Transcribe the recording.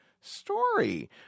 story